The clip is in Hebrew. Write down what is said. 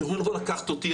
אתם יכולים לבוא לקחת אותי,